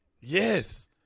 yes